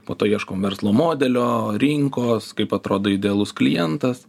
po to ieškom verslo modelio rinkos kaip atrodo idealus klientas